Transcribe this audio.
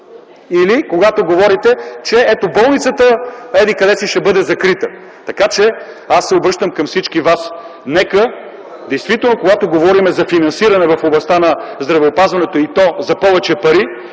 или когато говорите, че болницата еди-къде си ще бъде закрита? Така че, аз се обръщам към всички вас: нека действително, когато говорим за финансиране в областта на здравеопазването и то за повече пари,